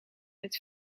het